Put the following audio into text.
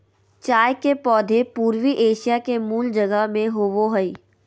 चाय के पौधे पूर्वी एशिया के मूल जगह में होबो हइ